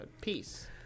Peace